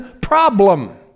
problem